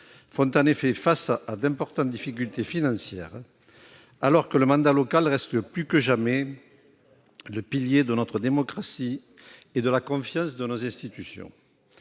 sont confrontés à d'importantes difficultés financières, alors que le mandat local reste plus que jamais le pilier de notre démocratie et de la confiance dans nos institutions.